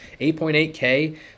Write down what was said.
8.8K